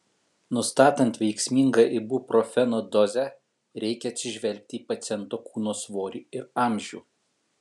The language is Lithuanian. nustatant veiksmingą ibuprofeno dozę reikia atsižvelgti į paciento kūno svorį ir amžių